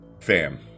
fam